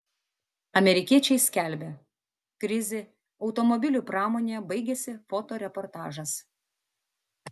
amerikiečiai skelbia krizė automobilių pramonėje baigėsi fotoreportažas